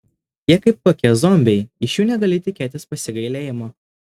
jie kaip kokie zombiai iš jų negali tikėtis pasigailėjimo